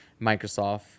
Microsoft